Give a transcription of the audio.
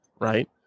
Right